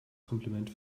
kompliment